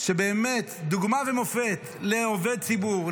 שהוא באמת דוגמה ומופת לעובד ציבור,